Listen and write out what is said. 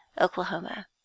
Oklahoma